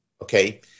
Okay